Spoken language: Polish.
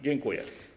Dziękuję.